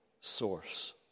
source